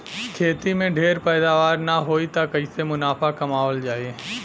खेती में ढेर पैदावार न होई त कईसे मुनाफा कमावल जाई